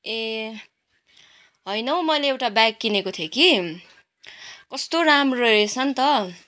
ए होइन हौ मैले एउटा ब्याग किनेको थिएँ कि कस्तो राम्रो रहेछ नि त